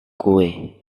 kue